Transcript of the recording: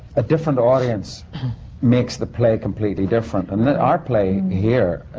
a different audience makes the play completely different. and then. our play here